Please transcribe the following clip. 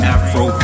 Afro